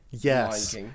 Yes